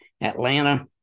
Atlanta